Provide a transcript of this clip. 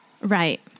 Right